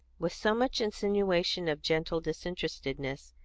with so much insinuation of gentle disinterestedness,